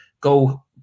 go